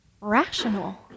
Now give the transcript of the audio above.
rational